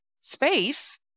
space